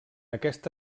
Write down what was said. aquesta